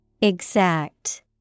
Exact